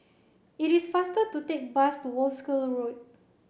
it is faster to take bus to Wolskel Road